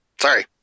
sorry